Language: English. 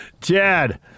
Chad